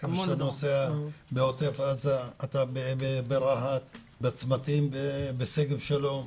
גם כשאתה נוסע בעוטף עזה, ברהט, בצמתים בשגב שלום,